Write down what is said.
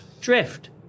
Drift